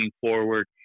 forward